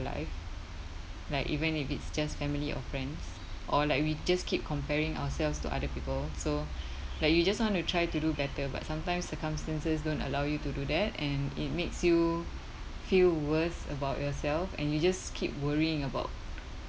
life like even if it's just family or friends or like we just keep comparing ourselves to other people so like you just want to try to do better but sometimes circumstances don't allow you to do that and it makes you feel worse about yourself and you just keep worrying about